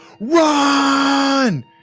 run